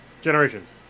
Generations